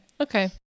Okay